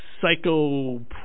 psycho